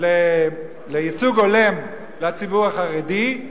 לייצוג הולם לציבור החרדי.